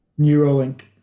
Neuralink